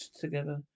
together